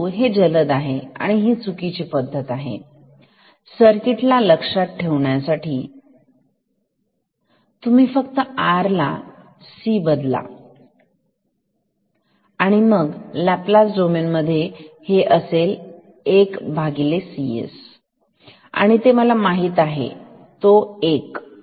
परंतु हे जलद आहे आणि ही चुकीची पद्धत आहे सर्किट ला लक्षात ठेवण्याची तुम्ही फक्त R ला C बदला आणि मग लाप्लास डोमेन मध्ये हे असेल 1CS आणि ते मला माहित आहे तो 1